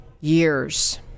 years